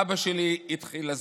אבא שלי התחיל לזוז.